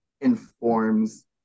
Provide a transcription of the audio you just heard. informs